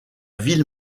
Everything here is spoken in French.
ville